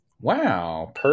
Wow